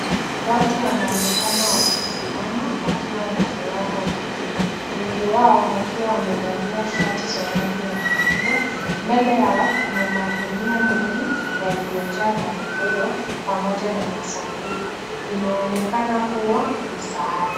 Watu wanaonekana wamesimama wakiwa na furaha nyingi. Wengi wao wakiwa wamevalia shati za rangi ya machungwa. Mbele yao kuna magunia mengi, yaliyojaa na kufungwa pamoja na masanduku. Inaonekana kua msaada.